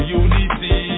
unity